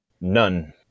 None